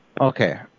Okay